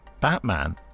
Batman